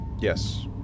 Yes